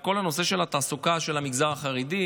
כל הנושא של התעסוקה של המגזר החרדי,